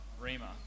Rima